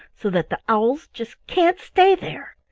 so that the owls just can't stay there.